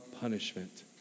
punishment